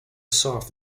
soft